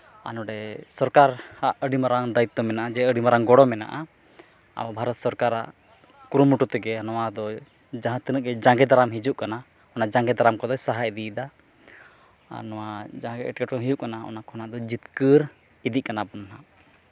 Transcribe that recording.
ᱟᱨ ᱱᱚᱸᱰᱮ ᱥᱚᱨᱠᱟᱨᱟᱜ ᱟᱹᱰᱤ ᱢᱟᱨᱟᱝ ᱫᱟᱭᱤᱛᱛᱚ ᱢᱮᱱᱟᱜᱼᱟ ᱡᱮ ᱟᱹᱰᱤ ᱢᱟᱨᱟᱝ ᱜᱚᱲ ᱢᱮᱱᱟᱜᱼᱟ ᱟᱵᱚ ᱵᱷᱟᱨᱚᱛ ᱥᱚᱨᱠᱟᱨᱟᱜ ᱠᱩᱨᱩᱢᱩᱴᱩ ᱛᱮᱜᱮ ᱱᱚᱣᱟ ᱫᱚᱭ ᱡᱟᱦᱟᱸ ᱛᱤᱱᱟᱹᱜ ᱜᱮ ᱡᱟᱸᱜᱮ ᱫᱟᱨᱟᱢ ᱦᱤᱡᱩᱜ ᱠᱟᱱᱟ ᱚᱱᱟ ᱡᱟᱸᱜᱮ ᱫᱟᱨᱟᱢ ᱠᱚᱫᱚᱭ ᱥᱟᱦᱟ ᱤᱫᱤᱭᱮᱫᱟ ᱟᱨ ᱱᱚᱣᱟ ᱡᱟᱸᱜᱮ ᱮᱴᱠᱮᱴᱚᱬᱮ ᱦᱩᱭᱩᱜ ᱠᱟᱱᱟ ᱚᱱᱟ ᱠᱷᱚᱱᱟᱜ ᱫᱚ ᱡᱤᱛᱠᱟᱹᱨ ᱤᱫᱤᱜ ᱠᱟᱱᱟ ᱵᱚᱱ ᱱᱟᱜ